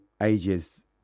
ages